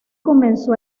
comenzó